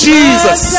Jesus